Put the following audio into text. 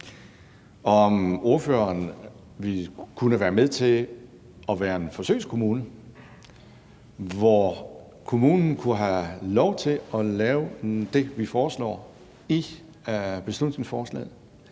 at ordførerens kommune kunne være en forsøgskommune, hvor kommunen kunne have lov til at lave det, vi foreslår i beslutningsforslaget,